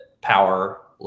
power